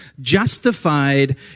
Justified